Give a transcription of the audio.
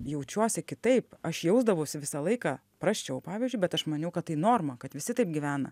jaučiuosi kitaip aš jausdavausi visą laiką praščiau pavyzdžiui bet aš maniau kad tai norma kad visi taip gyvena